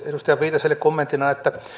edustaja viitaselle kommenttina että